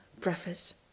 Preface